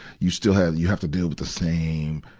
you still have, you have to deal with the same,